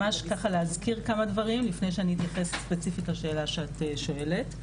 ממש ככה להזכיר כמה דברים לפני שאני אתייחס ספציפית לשאלה שאת שואלת.